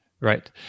Right